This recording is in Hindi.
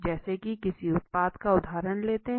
जैसे की किसी उत्पाद का उदाहरण लेते हैं